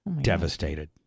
devastated